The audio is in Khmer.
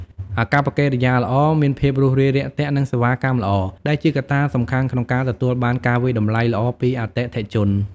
អាកប្បកិរិយាល្អ មានភាពរួសរាយរាក់ទាក់ និងសេវាកម្មល្អ ដែលជាកត្តាសំខាន់ក្នុងការទទួលបានការវាយតម្លៃល្អពីអតិថិជន។